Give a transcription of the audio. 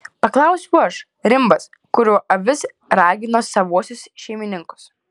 paklausiau aš rimbas kuriuo avis ragino savuosius šeimininkus